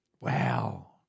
wow